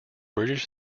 british